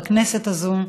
בכנסת הזאת,